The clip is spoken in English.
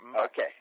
Okay